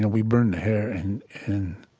we burned the hair and